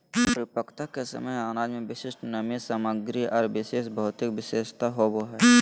परिपक्वता के समय अनाज में विशिष्ट नमी सामग्री आर विशेष भौतिक विशेषता होबो हइ